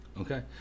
Okay